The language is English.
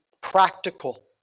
Practical